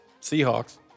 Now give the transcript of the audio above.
Seahawks